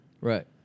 Right